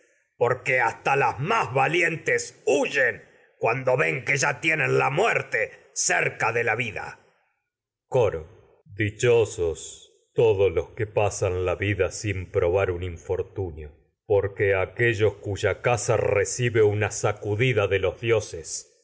porque ya las más valientes huyen cuando ven que tienen la muerte cerca de la vida coro bar dichosos todos los que pasan la vida sin pro un infortunio de los porque dioses aquellos no cuya casa recibe una sacudida